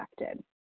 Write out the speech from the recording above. affected